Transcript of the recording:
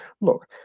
Look